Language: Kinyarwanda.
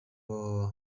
www